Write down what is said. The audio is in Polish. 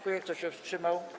Kto się wstrzymał?